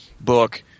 book